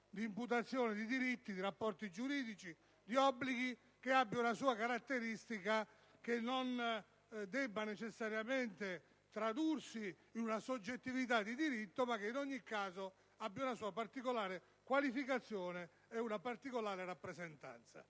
di imputazione di diritti, di rapporti giuridici, di obblighi con una sua caratteristica che non deve necessariamente tradursi in una soggettività di diritto ma che in ogni caso ha una sua particolare qualificazione ed una particolare rappresentanza.